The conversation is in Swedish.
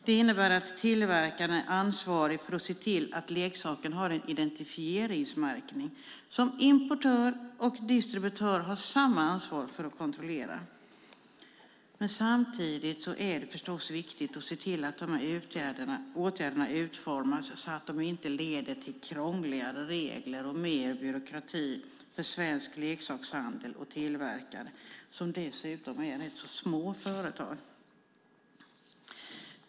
Det innebär att tillverkaren är ansvarig för att se till att leksaken har en identifieringsmärkning som importör och distributör har samma ansvar för att kontrollera. Samtidigt är det förstås viktigt att se till att dessa åtgärder utformas så att de inte leder till krångligare regler och mer byråkrati för svensk leksakshandel och tillverkare. Det rör sig dessutom ofta om rätt små företag.